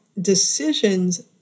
decisions